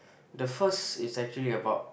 the first is actually about